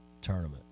tournament